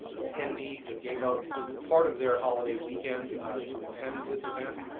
attendees that gave up part of their holiday weekend to attend this event.